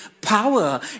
Power